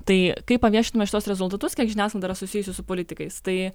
tai kai paviešinome šituos rezultatus kiek žiniasklaida susijusi su politikais tai